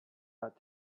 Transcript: not